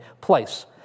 place